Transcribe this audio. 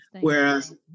Whereas